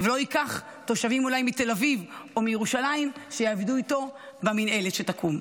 ושלא ייקח אולי תושבים מתל אביב או מירושלים שיעבדו איתו במינהלת שתקום.